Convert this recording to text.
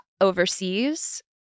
overseas